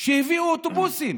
שהביאו אוטובוסים,